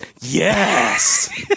yes